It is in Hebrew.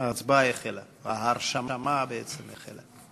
ההצבעה, ההרשמה, בעצם, החלה.